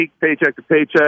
paycheck-to-paycheck